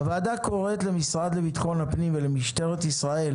"הוועדה קוראת למשרד לביטחון הפנים ולמשטרת ישראל